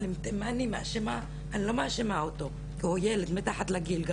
אני לא מאשימה אותו כי הוא ילד, מתחת לגיל,